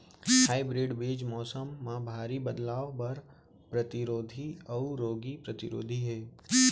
hybrid बीज मौसम मा भारी बदलाव बर परतिरोधी अऊ रोग परतिरोधी हे